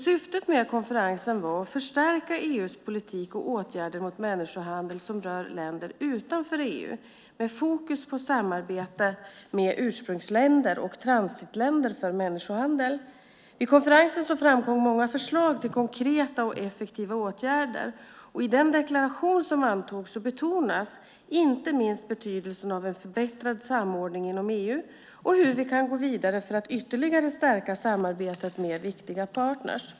Syftet med konferensen var att förstärka EU:s politik och åtgärder mot människohandel som rör länder utanför EU med fokus på samarbetet med ursprungsländer och transitländer för människohandel. Vid konferensen framkom många förslag till konkreta och effektiva åtgärder. I den deklaration som antogs betonas inte minst betydelsen av en förbättrad samordning inom EU och hur vi kan gå vidare för att ytterligare stärka samarbetet med viktiga partner.